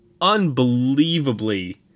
unbelievably